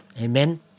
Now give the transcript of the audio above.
Amen